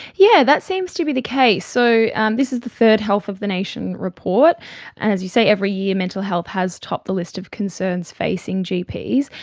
yeah that seems to be the case. so and this is the third health of the nation report. and as you say, every year mental health has topped the list of concerns facing gps,